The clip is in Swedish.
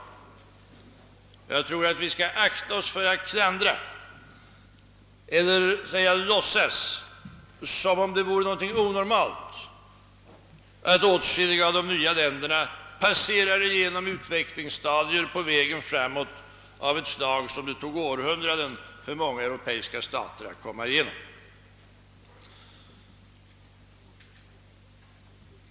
Jag tror att vi skall akta oss för att klandra eller låtsas som om det vore någonting onormalt, att åtskilliga av de nya länderna passerar betänkliga utvecklingsstadier på vägen fram mot ett bättre tillstånd som det krävdes århundraden för många europeiska stater att nå.